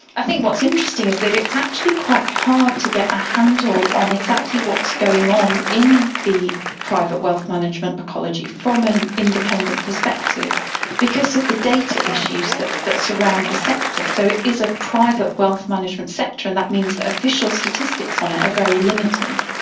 i think what's interesting is that it's actually quite hard to get a handle on exactly what's going on in the private wealth management ecology from an independent perspective because of the data issues that that surround the sector, so it is a private wealth management sector and that means that official statistics on it very limited.